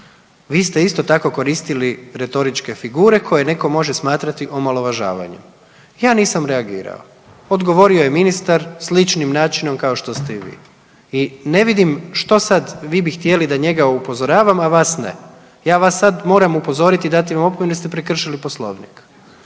Vi ste isto tako koristili retoričke figure koje netko može smatrati omalovažavanjem. Ja nisam reagirao. Odgovorio je ministar sličnim načinom kao što ste i vi i ne vidim što sad vi bi htjeli da njega upozoravam, a vas ne. Ja vas sad moram upozoriti i dati vam opomenu jer ste prekršili Poslovnik.